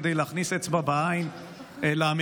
כדי להכניס אצבע בעין לאמריקאים,